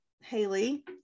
Haley